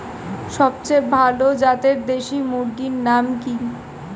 সবচেয়ে ভালো জাতের দেশি মুরগির নাম কি?